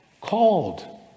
called